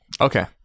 Okay